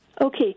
Okay